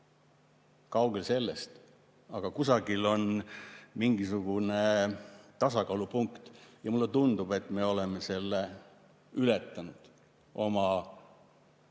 Kaugel sellest! Aga kusagil on mingisugune tasakaalupunkt ja mulle tundub, et me oleme selle ületanud. Ma olen